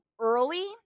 early